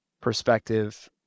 perspective